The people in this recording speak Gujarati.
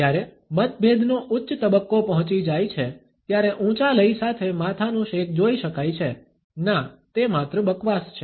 જ્યારે મતભેદનો ઉચ્ચ તબક્કો પહોંચી જાય છે ત્યારે ઊંચા લય સાથે માથાનુ શેક જોઇ શકાય છે ના તે માત્ર બકવાસ છે